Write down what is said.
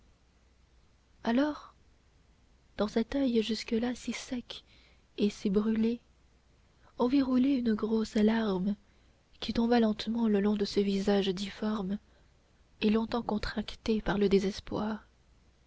alors dans cet oeil jusque-là si sec et si brûlé on vit rouler une grosse larme qui tomba lentement le long de ce visage difforme et longtemps contracté par le désespoir